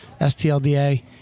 STLDA